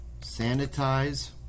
sanitize